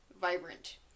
vibrant